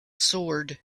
sword